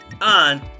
on